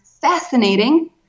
fascinating